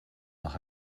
nach